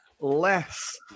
less